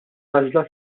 għażla